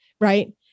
Right